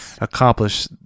accomplish